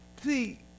See